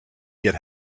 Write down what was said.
get